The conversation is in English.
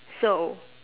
so